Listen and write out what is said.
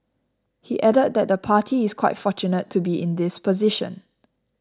he added that the party is quite fortunate to be in this position